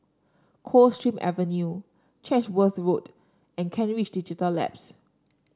Coldstream Avenue Chatsworth Road and Kent Ridge Digital Labs